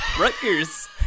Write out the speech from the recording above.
Rutgers